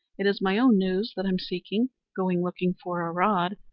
it is my own news that i'm seeking. going looking for a rod,